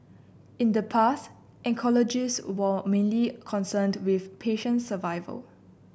in the past oncologists were mainly concerned with patient survival